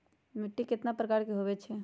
मिट्टी कतना प्रकार के होवैछे?